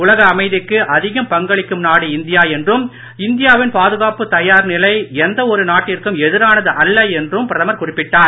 உலக அமைதிக்கு அதிகம் பங்களிக்கும் நாடு இந்தியா என்றும் இந்தியாவின் பாதுகாப்புத் தயார் நிலை எந்த ஒரு நாட்டிற்கும் எதிரானது அல்ல என்றும் பிரதமர் குறிப்பிட்டார்